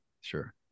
Sure